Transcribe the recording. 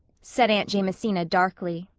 said aunt jamesina darkly.